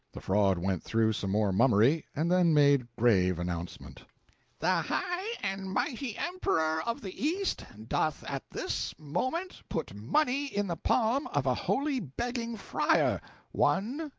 the fraud went through some more mummery, and then made grave announcement the high and mighty emperor of the east doth at this moment put money in the palm of a holy begging friar one,